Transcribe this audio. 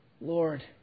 Lord